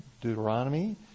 Deuteronomy